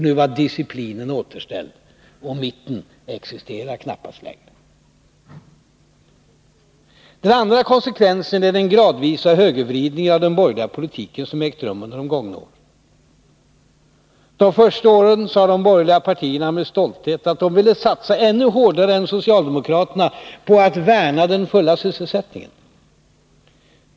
Nu var disciplinen återställd, och mitten existerar knappast längre. Den andra konsekvensen är den gradvisa högervridningen av den borgerliga politiken som ägt rum under de gångna åren. De första åren sade de borgerliga partierna med stolthet att de ville satsa ännu hårdare än socialdemokraterna på att värna den fulla sysselsättningen.